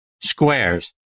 Squares